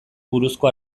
buruzko